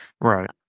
Right